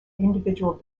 individual